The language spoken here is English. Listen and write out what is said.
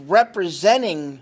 representing